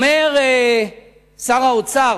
אומר שר האוצר,